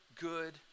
Good